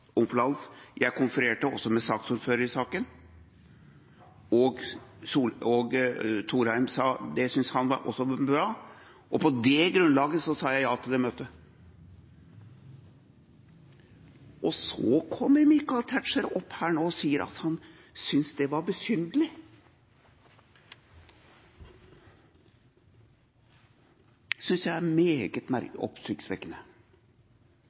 konfererte også med ordføreren for saken, og Thorheim sa at det syntes også han var bra. På det grunnlaget sa jeg ja til det møtet. Og så kommer Michael Tetzschner opp her nå og sier at han synes det var besynderlig. Det synes jeg er meget oppsiktsvekkende,